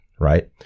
right